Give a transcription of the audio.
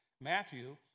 Matthew